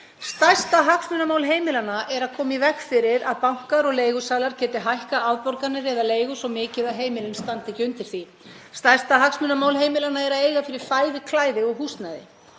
Stærsta hagsmunamál heimilanna er að koma í veg fyrir að bankar og leigusalar geti hækkað afborganir eða leigu svo mikið að heimilin standi ekki undir því. Stærsta hagsmunamál heimilanna er að eiga fyrir fæði, klæði og húsnæði.